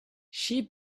she